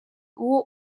uwo